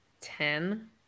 ten